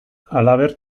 halaber